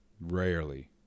Rarely